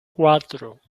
cuatro